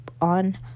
on